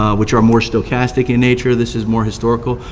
ah which are more stochastic in nature, this is more historical,